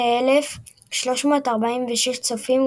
68,346 צופים,